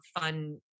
fun